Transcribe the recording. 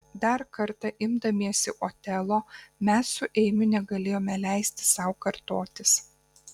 dar kartą imdamiesi otelo mes su eimiu negalėjome leisti sau kartotis